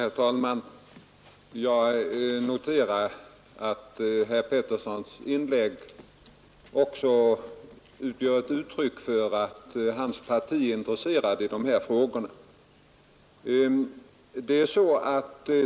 Herr talman! Jag noterar att herr Peterssons i Röstånga inlägg också utgör ett uttryck för att hans parti är intresserat av dessa frågor.